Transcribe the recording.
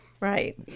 Right